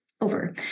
over